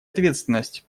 ответственность